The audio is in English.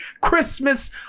Christmas